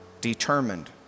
determined